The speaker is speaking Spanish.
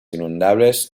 inundables